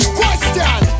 question